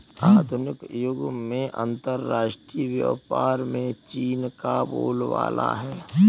आधुनिक युग में अंतरराष्ट्रीय व्यापार में चीन का बोलबाला है